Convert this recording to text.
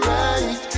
right